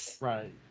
Right